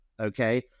Okay